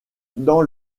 dans